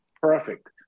perfect